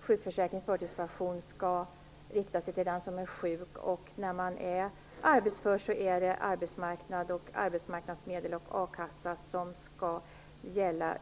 sjukförsäkring och förtidspension riktar sig till den som är sjuk medan det för den som är arbetsför är arbetsmarknadsmedel och a-kassa som skall gälla.